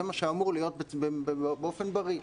זה מה שאמור להיות באופן בריא.